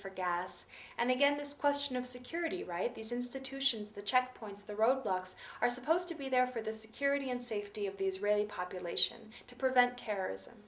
for gas and again this question of security right these institutions the checkpoints the roadblocks are supposed to be there for the security and safety of the israeli population to prevent terrorism